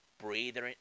breathing